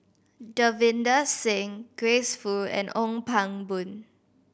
Davinder Singh Grace Fu and Ong Pang Boon